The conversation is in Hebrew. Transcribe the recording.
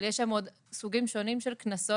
אבל יש שם עוד סוגים שונים של קנסות,